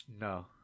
No